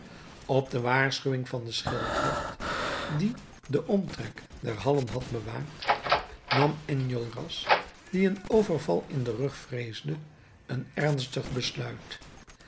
op de waarschuwing van den schildwacht die den omtrek der hallen had bewaakt nam enjolras die een overval in den rug vreesde een ernstig besluit